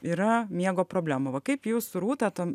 yra miego problemų va kaip jūs rūta to